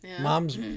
Mom's